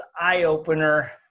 eye-opener